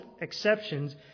exceptions